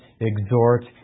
exhort